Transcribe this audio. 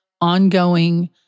ongoing